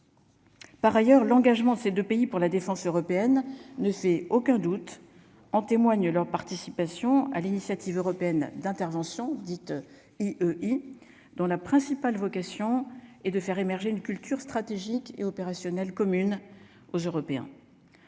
Par ailleurs, l'engagement, ces 2 pays pour la défense européenne ne fait aucun doute, en témoigne leur participation à l'initiative européenne d'intervention dite une une dont la principale vocation est de faire émerger une culture stratégique et opérationnelle communes aux Européens.